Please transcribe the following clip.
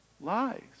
Lies